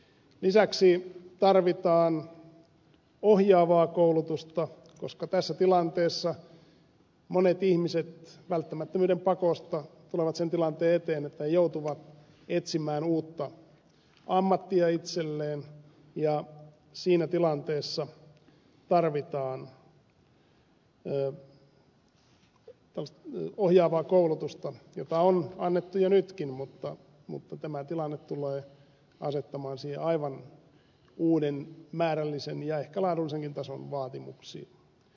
lisäksi tarvitaan ohjaavaa koulutusta koska tässä tilanteessa monet ihmiset välttämättömyyden pakosta tulevat sen tilanteen eteen että he joutuvat etsimään uutta ammattia itselleen ja siinä tilanteessa tarvitaan ohjaavaa koulutusta jota on annettu jo nytkin mutta tämä tilanne tulee asettamaan siihen aivan uuden määrällisen ja ehkä laadullisenkin tason vaatimuksia